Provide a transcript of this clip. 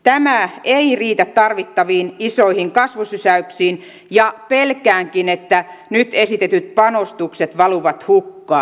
tämä ei riitä tarvittaviin isoihin kasvusysäyksiin ja pelkäänkin että nyt esitetyt panostukset valuvat hukkaan